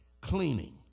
Cleaning